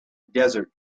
desert